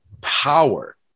power